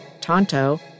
Tonto